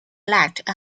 lacked